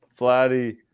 Flatty